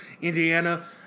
Indiana